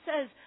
says